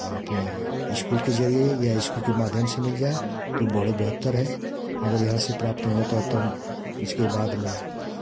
अपने इस्कूल के ज़रिए या इस्कूल के माध्यम से मिल जाए तो बड़े बेहतर है अगर यहाँ से प्राप्त नहीं होता है तो हम उसके बाद में